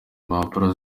impapuro